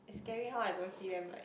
is scaring how I don't see them like